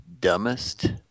dumbest